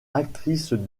actrice